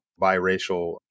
biracial